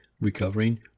recovering